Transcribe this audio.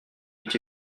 dit